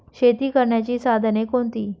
शेती करण्याची साधने कोणती?